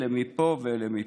אלה מפה ואלה מפה.